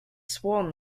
sworn